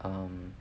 um